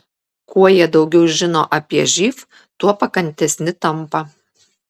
kuo jie daugiau žino apie živ tuo pakantesni tampa